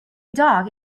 dog